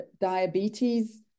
diabetes